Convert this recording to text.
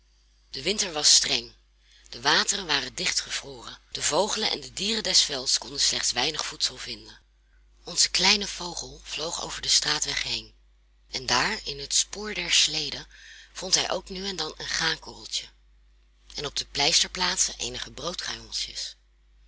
de winter was streng de wateren waren dichtgevroren de vogelen en de dieren des velds konden slechts weinig voedsel vinden onze kleine vogel vloog over den straatweg heen en daar in het spoor der sleden vond hij ook nu en dan een graankorreltje en op de pleisterplaatsen eenige broodkruimeltjes